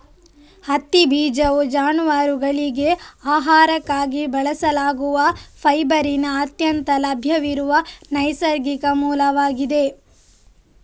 ಹತ್ತಿ ಬೀಜವು ಜಾನುವಾರುಗಳಿಗೆ ಆಹಾರಕ್ಕಾಗಿ ಬಳಸಲಾಗುವ ಫೈಬರಿನ ಅತ್ಯಂತ ಲಭ್ಯವಿರುವ ನೈಸರ್ಗಿಕ ಮೂಲವಾಗಿದೆ